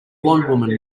woman